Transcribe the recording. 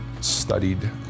studied